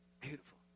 Beautiful